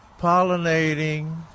pollinating